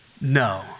no